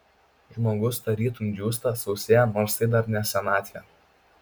žmogus tarytum džiūsta sausėja nors tai dar ne senatvė